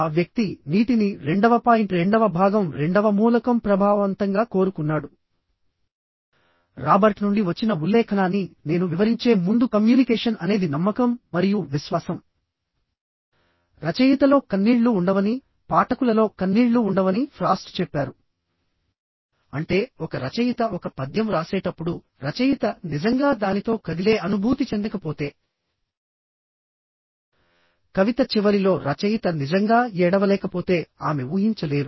ఆ వ్యక్తి నీటిని రెండవ పాయింట్ రెండవ భాగం రెండవ మూలకం ప్రభావవంతంగా కోరుకున్నాడు రాబర్ట్ నుండి వచ్చిన ఉల్లేఖనాన్ని నేను వివరించే ముందు కమ్యూనికేషన్ అనేది నమ్మకం మరియు విశ్వాసం రచయితలో కన్నీళ్లు ఉండవని పాఠకులలో కన్నీళ్లు ఉండవని ఫ్రాస్ట్ చెప్పారు అంటే ఒక రచయిత ఒక పద్యం వ్రాసేటప్పుడు రచయిత నిజంగా దానితో కదిలే అనుభూతి చెందకపోతే కవిత చివరిలో రచయిత నిజంగా ఏడవలేకపోతే ఆమె ఊహించలేరు